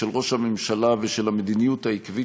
של ראש הממשלה ושל המדיניות העקבית